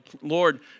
Lord